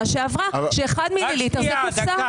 שעברה, ש-1 מיליליטר מהווה קופסה.